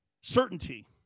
certainty